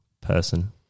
person